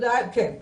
כן.